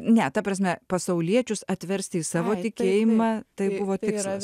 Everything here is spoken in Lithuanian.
ne ta prasme pasauliečius atversti į savo tikėjimą tai buvo tikslas